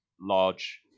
large